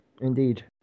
indeed